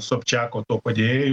sobčiako tuo padėjėju